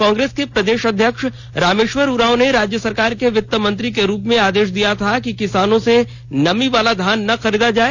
कांग्रेस के प्रदेश अध्यक्ष रामेश्वर उरांव ने राज्य सरकार के वित्त मंत्री के रूप में आदेश दे दिया था कि किसानों से नमी वाला धान न खरीदा जाए